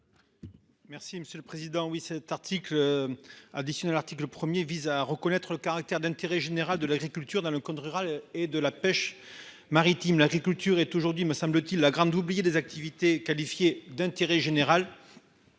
Merci monsieur le président. Oui cet article. Additionnel article 1er vise à reconnaître le caractère d'intérêt général de l'agriculture dans le code rural et de la pêche maritime, l'agriculture est toujours dit me semble-t-il la grande oubliée des activités qualifiées d'intérêt général.